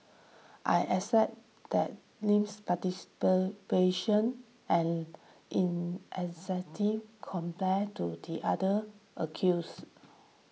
I accept that Lim's participation and in a sentive compared to the other accused